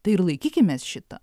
tai ir laikykimės šito